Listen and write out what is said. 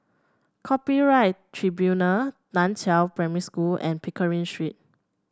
Copyright Tribunal Nan Chiau Primary School and Pickering Street